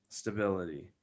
stability